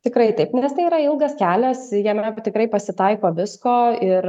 tikrai taip nes tai yra ilgas kelias jame tikrai pasitaiko visko ir